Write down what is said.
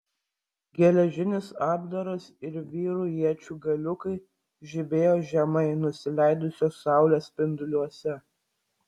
geležinis apdaras ir vyrų iečių galiukai žibėjo žemai nusileidusios saulės spinduliuose